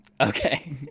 Okay